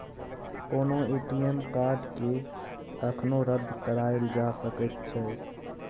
कोनो ए.टी.एम कार्डकेँ कखनो रद्द कराएल जा सकैत छै